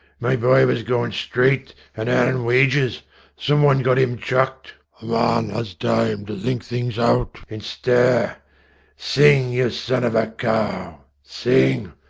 my boy was goin' straight, an' earnin' wages someone got im chucked. a man as time to think things out, in stir i sing, ye son of a cow! sing!